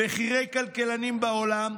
בכירי כלכלנים בעולם,